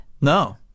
No